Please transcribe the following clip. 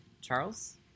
Charles